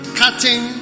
cutting